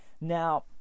Now